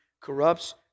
corrupts